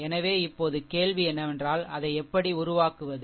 எனவே இப்போது கேள்வி என்னவென்றால் அதை எப்படி உருவாக்குவது